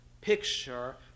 picture